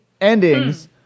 endings